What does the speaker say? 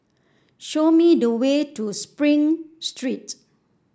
show me the way to Spring Street